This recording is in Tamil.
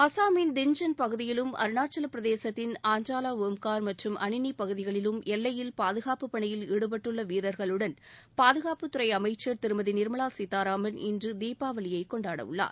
அசாமின் தின்ஜன் பகுதியிலும் அருணாச்சல பிரதேசத்தின் ஆண்ட்ரா வா ஒம்காா் மற்றும் அனினி பகுதிகளிலும் எல்லையில் பாதுகாப்பு பணியில் ஈடுபட்டுள்ள வீரர்களுடன் பாதுகாப்புத் துறை அமைச்சர் திருமதி நிர்மலா சீதாராமன் இன்று தீபாவளியை கொண்டாட உள்ளார்